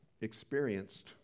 experienced